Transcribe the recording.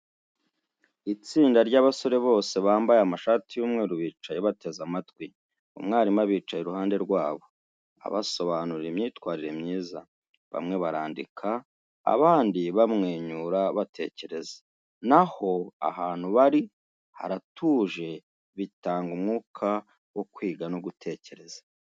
Itsinda ry’abasore bose bambaye amashati y’umweru bicaye bateze amatwi, umwarimu abicaye iruhande rwabo, abasobanurira imyitwarire myiza, bamwe barandika, abandi bamwenyura batekereza, naho ahantu bari haratuje bitanga umwuka wo kwiga no gutekereza.